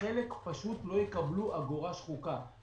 וחלק פשוט לא יקבלו אגורה שחוקה.